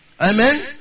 amen